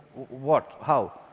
what? how?